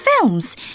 films